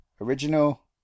original